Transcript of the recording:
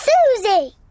Susie